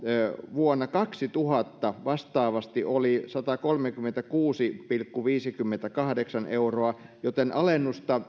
vuonna kaksituhatta vastaavasti oli satakolmekymmentäkuusi pilkku viisikymmentäkahdeksan euroa joten alennusta